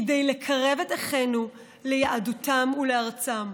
כדי לקרב את אחינו ליהדותם ולארצם.